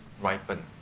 ripen